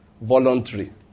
Voluntary